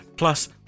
Plus